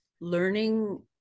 learning